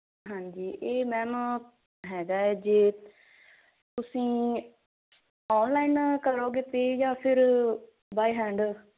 ਹਾਂਜੀ ਇਹ ਮੈਮ ਹੈਗਾ ਜੇ ਤੁਸੀਂ ਆਨਲਾਈਨ ਕਰੋਗੇ ਪੇ ਜਾਂ ਫਿਰ ਬਾਏ ਹੈਂਡ